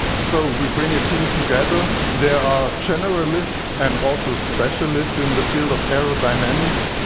so we bring a team together. there are generalists and also specialists in the field of aerodynamics,